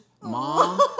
mom